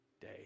day